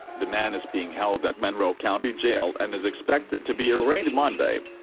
the man is being held at monroe county jail and is expected to be arraigned monday.